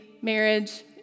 marriage